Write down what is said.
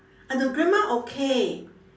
ah the grandma okay